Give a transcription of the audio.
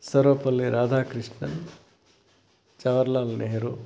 Sarvepalli Radhakrishnan Jawaharlal Nehru